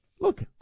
Look